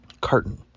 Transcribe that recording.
carton